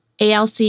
ALC